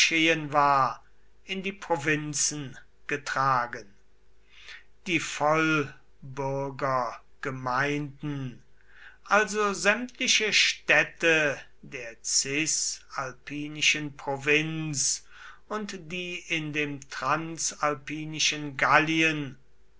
war in die provinzen getragen die vollbürgergemeinden also sämtliche städte der cisalpinischen provinz und die in dem transalpinischen gallien